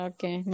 Okay